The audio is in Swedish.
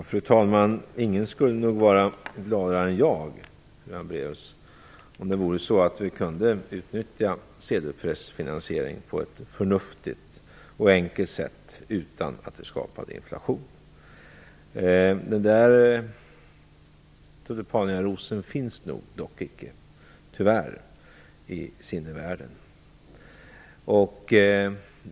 Fru talman! Ingen skulle nog vara gladare än jag, fru Hambraeus, om det vore så att vi kunde utnyttja sedelpressfinansiering på ett förnuftigt och enkelt sätt utan att det skapade inflation. Denna tulipanaros finns nog tyvärr icke i sinnevärlden.